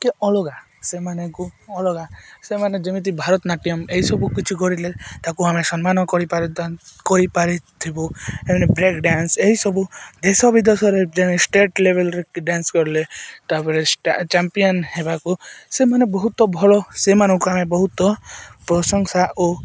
କି ଅଲଗା ସେମାନଙ୍କୁ ଅଲଗା ସେମାନେ ଯେମିତି ଭାରତନାଟ୍ୟମ ଏହିସବୁ କିଛି କରିଲେ ତା'କୁ ଆମେ ସମ୍ମାନ କରିପାର କରିପାରିଥିବୁ ବ୍ରେକ୍ ଡ୍ୟାନ୍ସ ଏହିସବୁ ଦେଶ ବିଦେଶରେ ଯେ ଷ୍ଟେଟ ଲେଭେଲରେ ଡ୍ୟାନ୍ସ କରିଲେ ତା'ପରେ ଚମ୍ପିୟନ ହେବାକୁ ସେମାନେ ବହୁତ ଭଲ ସେମାନଙ୍କୁ ଆମେ ବହୁତ ପ୍ରଶଂସା ଓ